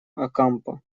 окампо